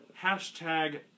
hashtag